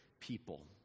people